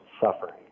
suffering